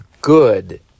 good